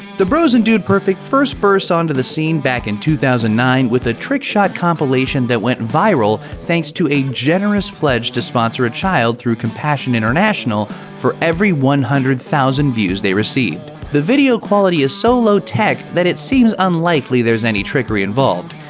the bros in dude perfect first burst onto the scene back in two thousand and nine with a trick shot compilation that went viral thanks to a generous pledge to sponsor a child through compassion international for every one hundred thousand views they received. the video quality is so low tech that it seem unlikely there's any trickery involved,